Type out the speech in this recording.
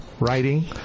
writing